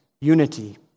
unity